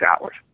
hours